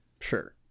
sure